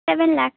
seven lakhs